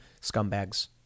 scumbags